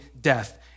death